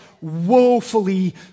woefully